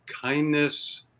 kindness